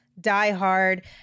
diehard